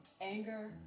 Anger